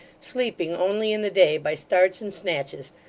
sleeping only in the day by starts and snatches,